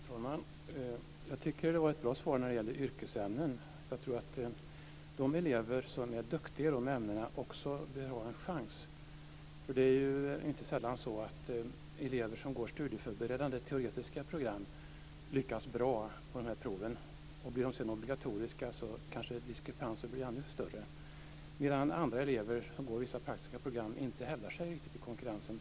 Fru talman! Jag tycker att det var ett bra svar när det gäller yrkesämnen. De elever som är duktiga i de ämnena bör också ha en chans. Inte sällan lyckas elever som går studieförberedande teoretiska program bra på dessa prov - om de sedan blir obligatoriska blir kanske diskrepansen ännu större. Medan andra elever som går vissa praktiska program inte hävdar sig riktigt i konkurrensen.